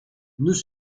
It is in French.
nous